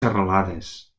serralades